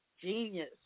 Genius